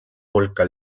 hulka